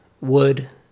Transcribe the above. wood